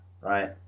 right